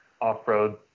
off-road